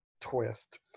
twist